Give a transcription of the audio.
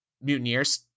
mutineers